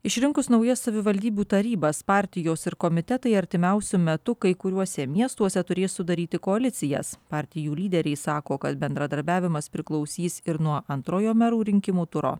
išrinkus naujas savivaldybių tarybas partijos ir komitetai artimiausiu metu kai kuriuose miestuose turės sudaryti koalicijas partijų lyderiai sako kad bendradarbiavimas priklausys ir nuo antrojo merų rinkimų turo